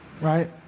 right